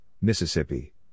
Mississippi